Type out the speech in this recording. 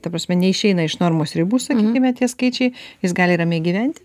ta prasme neišeina iš normos ribų sakykime tie skaičiai jis gali ramiai gyventi